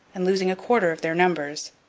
and losing a quarter of their numbers,